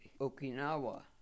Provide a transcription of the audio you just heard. Okinawa